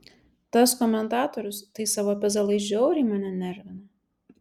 tas komentatorius tai savo pezalais žiauriai mane nervino